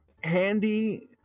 Handy